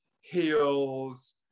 heels